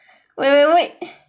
wait wait wait